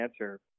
answer